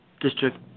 district